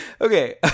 Okay